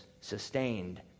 sustained